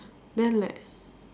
then like